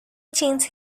change